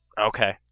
Okay